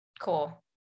Cool